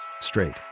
straight